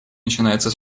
начинается